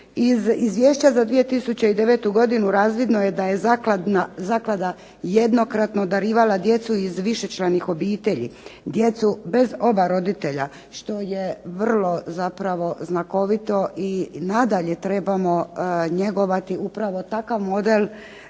Iz izvješća za 2009. godinu razvidno je da je zaklada jednokratno darivala djecu iz višečlanih obitelji, djecu bez oba roditelja što je vrlo zapravo znakovito i nadalje trebamo njegovati upravo takav model